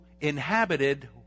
inhabited